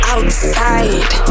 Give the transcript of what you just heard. Outside